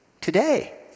today